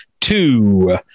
Two